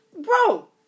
Bro